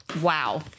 Wow